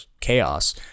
chaos